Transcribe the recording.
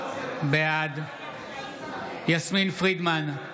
בעד יסמין פרידמן,